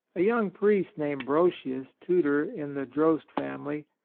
a young priest named brosius, tutor in the droste family,